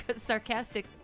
sarcastic